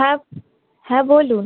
হ্যাঁ হ্যাঁ বলুন